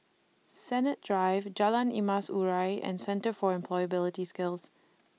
Sennett Drive Jalan Emas Urai and Centre For Employability Skills